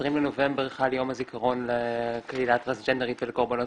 ב-20 בנובמבר חל יום הזיכרון לקהילה הטרנסג'נדרית ולכל הקהילות